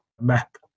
map